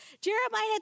Jeremiah